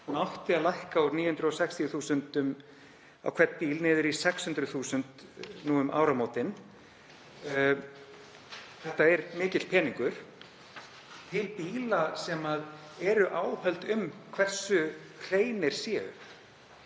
átti að lækka úr 960.000 á hvern bíl niður í 600.000 nú um áramótin. Það er mikill peningur til bíla sem áhöld eru um hversu hreinir séu.